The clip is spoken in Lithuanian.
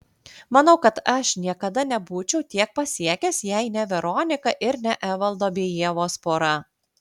manau kad aš niekada nebūčiau tiek pasiekęs jei ne veronika ir ne evaldo bei ievos pora